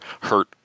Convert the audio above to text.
hurt